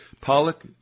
Pollock